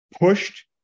pushed